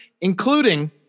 including